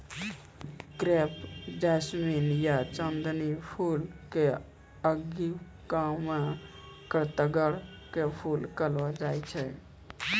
crepe jasmine या चांदनी फूल कॅ अंगिका मॅ तग्गड़ के फूल कहलो जाय छै